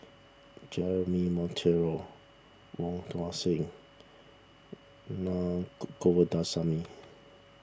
Jeremy Monteiro Wong Tuang Seng Naa Govindasamy